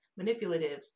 manipulatives